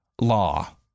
law